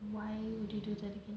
why would they do that again